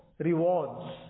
Rewards